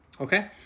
Okay